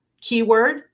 keyword